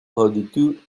redoute